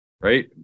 right